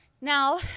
now